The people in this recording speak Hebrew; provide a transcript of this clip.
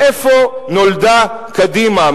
מאיפה נולדה קדימה?